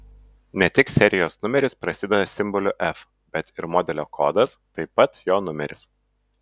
ne tik serijos numeris prasideda simboliu f bet ir modelio kodas taip pat jo numeris